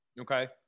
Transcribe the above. Okay